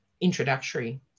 introductory